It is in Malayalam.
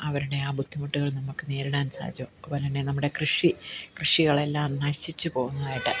അവരുടെ ആ ബുദ്ധിമുട്ടുകൾ നമുക്ക് നേരിടാൻ സാധിച്ചു അതുപോലതന്നെ നമ്മുടെ കൃഷി കൃഷികളെല്ലാം നശിച്ചു പോവുന്നതായിട്ട്